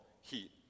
heat